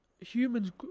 Humans